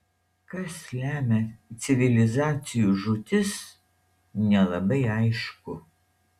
kas lemia civilizacijų žūtis nelabai aišku